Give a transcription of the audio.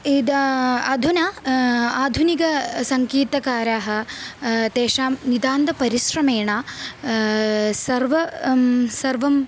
इति अधुना आधुनिकं सङ्गीतकाराः तेषां नितान्तपरिश्रमेण सर्वं सर्वं